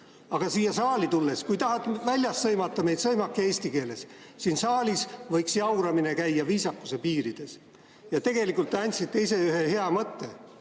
Aga siia saali tulles – kui tahate väljas sõimata meid, siis sõimake eesti keeles – siin saalis võiks jauramine käia viisakuse piirides. Ja tegelikult te andsite ise ühe hea mõtte.